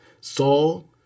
Saul